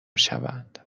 شوند